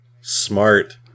smart